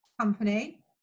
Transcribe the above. company